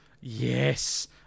Yes